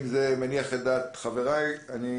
אם זה מניח את דעת חבריי, אני